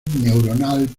neuronal